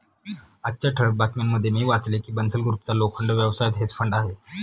आजच्या ठळक बातम्यांमध्ये मी वाचले की बन्सल ग्रुपचा लोखंड व्यवसायात हेज फंड आहे